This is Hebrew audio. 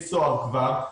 בבית סוהר כבר,